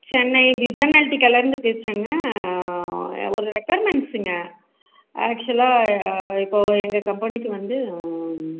சென்னை டிசனல்டிக்காலே இருந்து பேசுறேங்க ஒரு ரெஃபர்மேன்ஸுங்க ஆக்சுவல்லாக இப்போ எங்கள் கம்பெனிக்கு வந்து